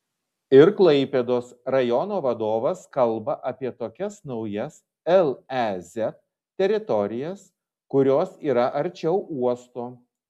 ir klaipėdos rajono vadovas kalba apie tokias naujas lez teritorijas kurios yra arčiau uosto